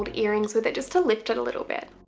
um earrings with it just to lift it a little bit.